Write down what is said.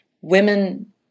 Women